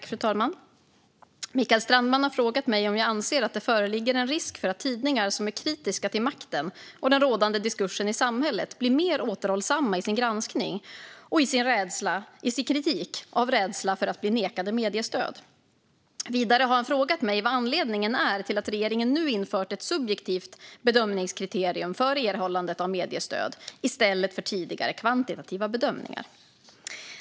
Fru talman! Mikael Strandman har frågat mig om jag anser att det föreligger en risk för att tidningar som är kritiska till makten och den rådande diskursen i samhället blir mer återhållsamma i sin granskning och i sin kritik av rädsla för att bli nekade mediestöd. Vidare har han frågat mig vad anledningen är till att regeringen nu infört ett subjektivt bedömningskriterium för erhållandet av mediestöd i stället för tidigare kvantitativa bedömningar.